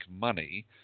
money